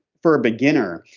for a beginner,